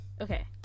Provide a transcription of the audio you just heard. okay